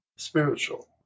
spiritual